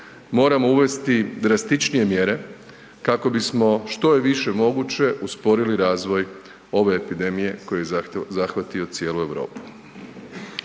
moramo uvesti drastičnije mjere kako bismo što je više moguće usporili razvoj ove epidemije koju je zahvatio cijelu Europu.